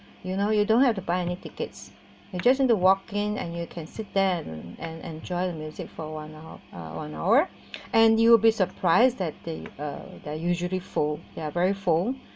you know you don't have to buy any tickets you just need to walk in and you can sit there and and enjoy the music for one hour one hour and you'll be surprised that they uh there are usually full there are very full